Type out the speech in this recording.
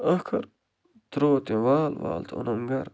ٲخر ترٲو تٔمۍ وال پال تہٕ اوٚنم گَرٕ